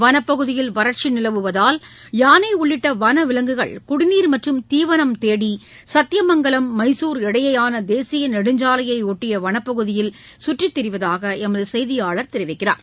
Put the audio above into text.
வனப் பகுதியில் வறட்சி நிலவுவதால் யானை உள்ளிட்ட வன விலங்குகள் குடிநீர் மற்றம் தீவனம் தேடி சத்தியமங்கலம் மைசூர் இடையேயான தேசிய நெடுஞ்சாலையை பொட்டி வனப் பகுதியில் சுற்றித் திரிவதாக எமது செய்தியாளர் தெரிவிக்கிறார்